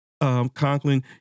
Conklin